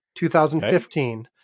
2015